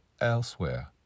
elsewhere